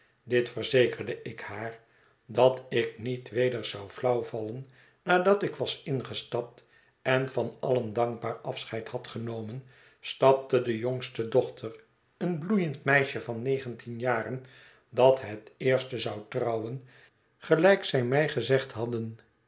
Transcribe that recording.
dit verzekerde ik haar dat ik niet weder zou flauw vallen nadat ik was ingestapt en van allen dankbaar afscheid had genomen stapte de jongste dochter een bloeiend meisje van negentien jaren dat het eerste zou trouwen gelijk zij mij gezegd hadden